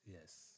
Yes